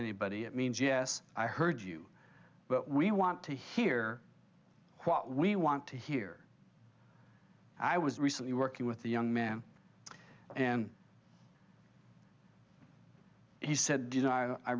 anybody it means yes i heard you but we want to hear what we want to hear i was recently working with the young man and he said